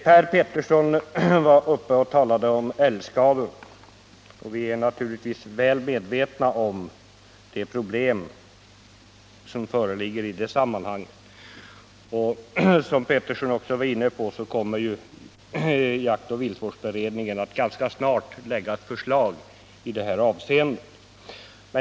Per Petersson talade om älgskador, och vi är naturligtvis väl medvetna om problemen i det sammanhanget. Som Per Petersson också nämnde kommer jaktoch viltvårdsberedningen också att ganska snart lägga ett förslag i det avseendet.